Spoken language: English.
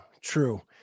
true